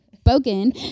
Spoken